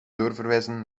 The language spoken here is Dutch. doorverwijzen